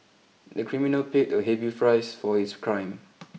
the criminal paid a heavy price for his crime